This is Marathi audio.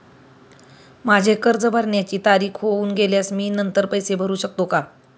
माझे कर्ज भरण्याची तारीख होऊन गेल्यास मी नंतर पैसे भरू शकतो का?